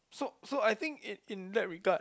so so I think in in that regard